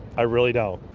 i really don't.